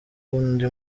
undi